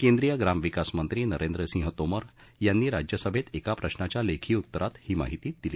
केंद्रीय ग्रमिविकसि मंत्री नरेंद्र सिंह तोमर यांनी रज्यिसभेत एक प्रेश्रच्यि केखी उत्तरत्तिही माहिती दिली